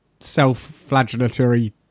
self-flagellatory